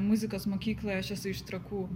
muzikos mokykloj aš esu iš trakų